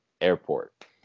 airport